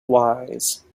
wise